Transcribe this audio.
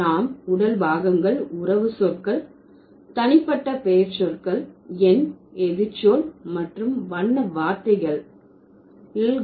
நாம் உடல் பாகங்கள் உறவு சொற்கள் தனிப்பட்ட பெயர்ச்சொற்கள் எண் எதிர்ச்சொல் மற்றும் வண்ண வார்த்தைகளிள்